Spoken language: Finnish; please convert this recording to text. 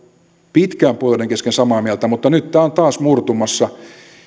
pitkään puolueiden kesken samaa mieltä mutta nyt tämä on taas murtumassa